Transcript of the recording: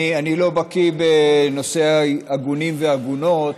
אני לא בקי בנושא עגונים ועגונות,